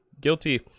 guilty